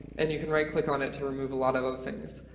and you can right click on it to remove a lot of other things.